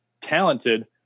talented